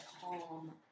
calm